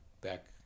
back